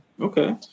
Okay